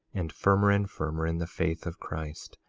and firmer and firmer in the faith of christ,